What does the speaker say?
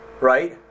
right